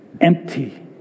empty